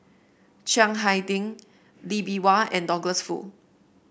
Chiang Hai Ding Lee Bee Wah and Douglas Foo